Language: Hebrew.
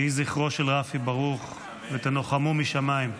יהי זכרו של רפי ברוך, ותנוחמו משמיים.